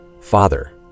Father